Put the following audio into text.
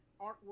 artwork